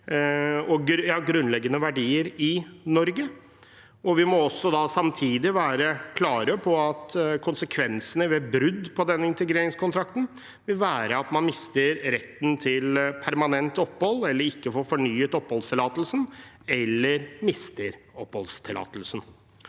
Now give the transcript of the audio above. og grunnleggende verdier i Norge, som frihet. Vi må samtidig også være klar på at konsekvensene ved brudd på denne integreringskontrakten vil være at man mister retten til permanent opphold, ikke får fornyet oppholdstillatelsen eller mister oppholdstillatelsen.